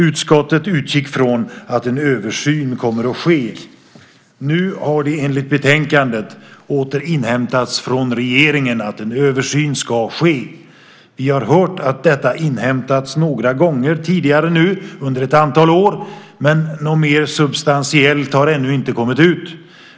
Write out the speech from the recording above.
Utskottet utgick från att en översyn kommer att ske. Nu har det enligt betänkandet åter inhämtats från regeringen att en översyn ska ske. Vi har hört att detta inhämtats några gånger tidigare nu under ett antal år, men något mer substantiellt har ännu inte kommit ut.